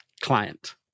client